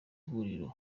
huriro